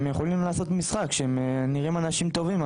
הם יכולים לעשות משחק שהם נראים אנשים טובים,